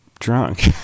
drunk